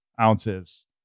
ounces